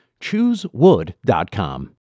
ChooseWood.com